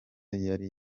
yari